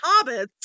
hobbits